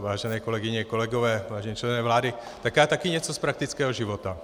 Vážené kolegyně, kolegové, vážení členové vlády, tak já taky něco z praktického života.